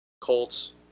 Colts